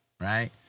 Right